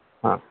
हां